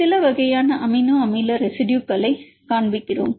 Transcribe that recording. இங்கே சில வகையான அமினோ அமில ரெசிடுயுகளைக் காண்பிக்கிறோம்